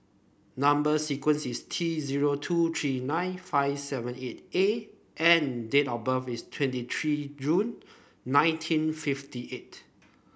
number sequence is T zero two three nine five seven eight A and date of birth is twenty three June nineteen fifty eight